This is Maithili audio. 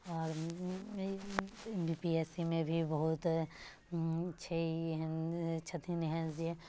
आओर बीपीएससीमे भी बहुत छै एहन छथिन एहन जे